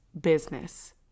business